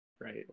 Right